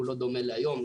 לא דומה להיום.